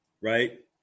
Right